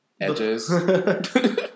Edges